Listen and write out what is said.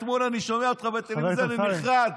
אתמול אני שומע אותך בטלוויזיה ונחרד.